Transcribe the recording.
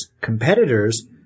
competitors